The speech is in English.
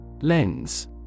Lens